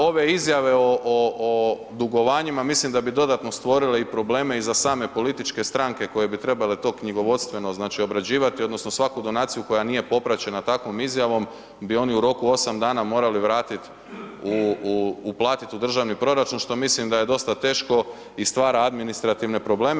Ove izjave o dugovanjima mislim da bi dodatne stvorile i probleme i za same političke stranke koje bi trebale to knjigovodstveno znači obrađivati odnosno svaku donaciju koja nije popraćena takom izjavom bi oni u roku 8 dana morali vratiti, uplatiti u državni proračun što mislim da je dosta teško i stvara administrativne probleme.